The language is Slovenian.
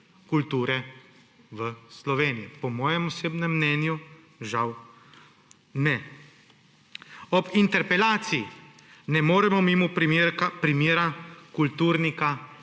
kulture v Sloveniji. Po mojem osebnem mnenju ne. Ob interpelaciji ne moremo mimo primera kulturnika